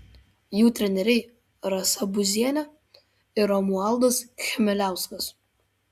jų treneriai rasa buzienė ir romualdas chmeliauskas